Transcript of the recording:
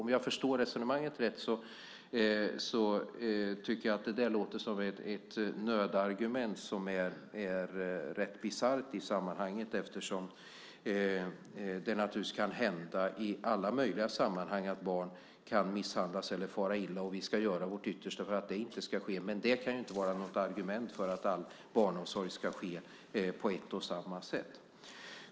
Om jag förstår resonemanget rätt tycker jag att det där låter som ett nödargument som är rätt bisarrt i sammanhanget. Det kan naturligtvis hända i alla möjliga sammanhang att barn misshandlas eller far illa, och vi ska göra vårt yttersta för att det inte ska ske. Men det kan inte vara något argument för att all barnomsorg ska ske på ett och samma sätt.